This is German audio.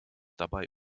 dabei